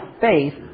faith